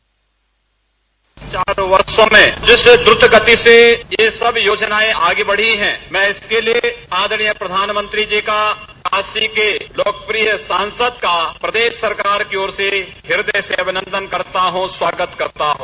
bite इन चार वर्षो में जिस गति से यह सब योजनाएं आगे बढ़ी है मैं इसके लिए आदरणीय प्रधानमंत्री जी का काशी के लोकप्रिय सांसद का प्रदेश सरकार की ओर से हृदय से अभिनन्दन स्वागत करता हूं